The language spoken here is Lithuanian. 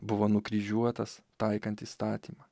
buvo nukryžiuotas taikant įstatymą